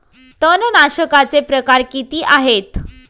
तणनाशकाचे प्रकार किती आहेत?